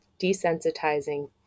desensitizing